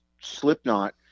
Slipknot